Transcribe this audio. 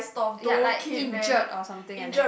ya like injured or something like that